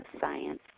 science